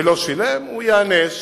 ולא שילם, הוא ייענש,